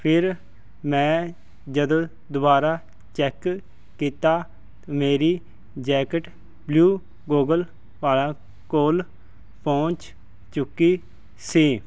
ਫਿਰ ਮੈਂ ਜਦੋਂ ਦੁਬਾਰਾ ਚੈੱਕ ਕੀਤਾ ਮੇਰੀ ਜੈਕਟ ਬਲੂ ਗੋਗਲ ਵਾਲਾ ਕੋਲ ਪਹੁੰਚ ਚੁੱਕੀ ਸੀ